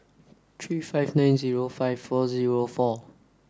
three five nine zero five four zero four